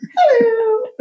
Hello